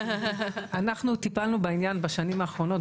אנחנו טיפלנו בעניין בשנים האחרונות,